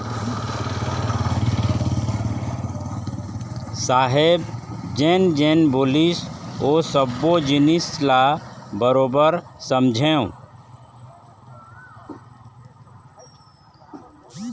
साहेब जेन जेन बोलिस ओ सब्बो जिनिस ल बरोबर समझेंव